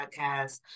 podcast